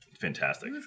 Fantastic